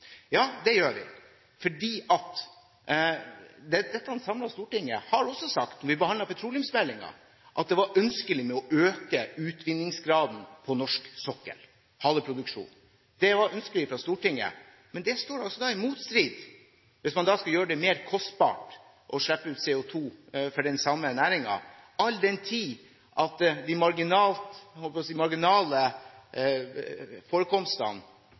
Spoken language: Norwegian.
Ja, det gjør vi, fordi – og et samlet storting sa det samme da vi behandlet petroleumsmeldingen – det er ønskelig å øke utvinningsgraden på norsk sokkel – såkalt haleproduksjon. Det var altså ønskelig fra Stortingets side, men det står i motstrid til å gjøre det mer kostbart å slippe ut CO2 for den samme næringen, all den tid de marginale